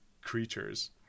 creatures